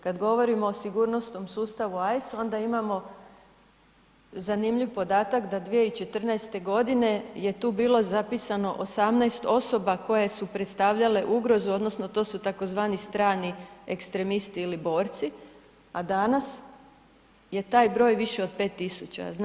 Kad govorimo o sigurnosnom sustavu AIS onda imamo zanimljiv podatak da 2014. godine je tu bilo zapisano 18 osoba koje su predstavljale ugrozu odnosno to su tzv. strani ekstremisti ili borci, a danas je taj broj više od 5.000.